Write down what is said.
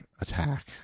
attack